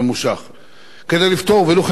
כדי לפתור ולו חלקית את הבעיה,